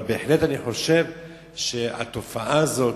אבל בהחלט אני חושב שהתופעה הזאת,